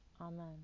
Amen